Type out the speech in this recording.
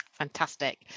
Fantastic